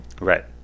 Right